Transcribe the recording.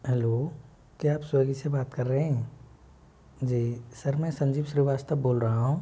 hello क्या आप स्वेग्गी से बात कर रहे हैं जी सर मैं संजीव श्रीवास्तव बोल रहा हूँ